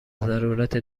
ضرورت